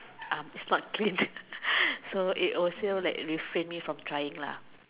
um it's not clean so it also like refrain me from trying lah